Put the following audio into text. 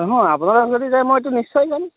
নহয় আপোনালোক যদি যায় মইটো নিশ্চয় যাম